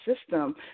system